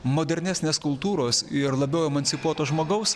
modernesnės kultūros ir labiau emancipuoto žmogaus